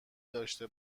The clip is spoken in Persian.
داشته